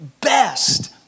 best